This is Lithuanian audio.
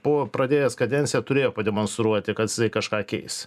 buvo pradėjęs kadenciją turėjo pademonstruoti kad jisai kažką keis